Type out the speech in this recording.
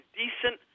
decent